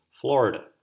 Florida